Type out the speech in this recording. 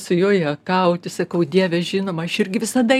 su juo juokauti sakau dieve žinoma aš irgi visada